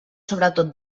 sobretot